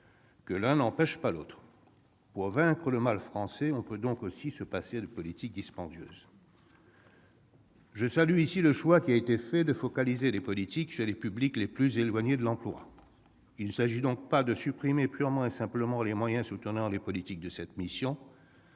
que l'un n'empêche pas l'autre. Pour vaincre le mal français, on peut donc aussi se passer de politiques dispendieuses ... Je salue ici le choix qui a été fait de focaliser les politiques sur les publics les plus éloignés de l'emploi. Il s'agit donc non pas de supprimer purement et simplement les moyens soutenant les politiques de cette mission,